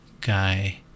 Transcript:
guy